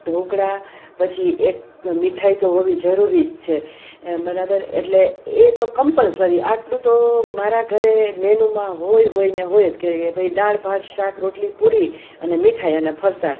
ઢોકળા પછી એક મીઠાઈ તો હોવી જરૂરી જ છે બરાબર એટલે એ તો કમ્પલસરી આટલું તો મારા ઘરે મેનુમાં હોય હોયને હોય જ કે ભાઈ દાળ ભાત શાક રોટલી પૂરી અને મીઠાઈ અને ફરસાણ